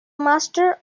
master